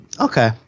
okay